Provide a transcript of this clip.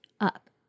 Up